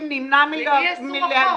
המקומי פוגעת ביישום חוק מוסר תשלומים,